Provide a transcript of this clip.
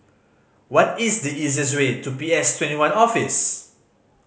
what is the easiest way to P S Twenty one Office